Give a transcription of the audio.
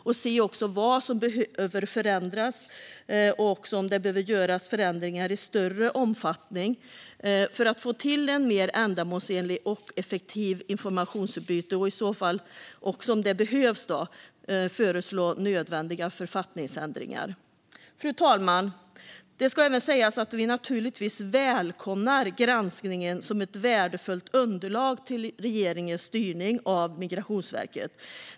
Den ska också se på vad som behöver förändras och om förändringar behöver göras i större omfattning för att få ett mer ändamålsenligt och effektivt informationsutbyte och, om det behövs, föreslå nödvändiga författningsändringar. Fru talman! Det ska även sägas att vi naturligtvis välkomnar granskningen som ett värdefullt underlag till regeringens styrning av Migrationsverket.